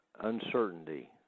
uncertainty